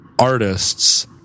artists